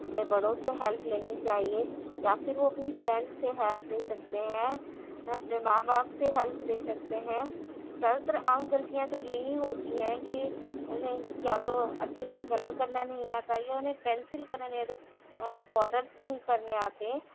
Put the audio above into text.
اپنے بڑوں سے ہیلپ لینی چاہیے یا پھر وہ اپنی فرینڈ سے ہیلپ لے سکتے ہیں اپنے ماں باپ سے ہیلپ لے سکتے ہیں زیادہ تر عام غلطیاں تو یہی ہوتی ہیں کہ انہیں یا تو اچھے سے کلر کرنا نہیں آتا یا انہیں پینسل کرنا نہیں آتا انہیں بوڈرس کرنے نہیں آتے